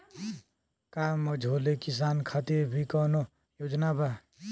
का मझोले किसान खातिर भी कौनो योजना बा?